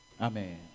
Amen